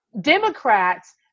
Democrats